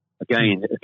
Again